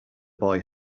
boy